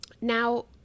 now